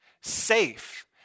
safe